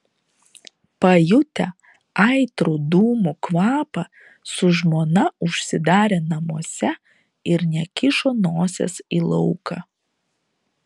pajutę aitrų dūmų kvapą su žmona užsidarė namuose ir nekišo nosies į lauką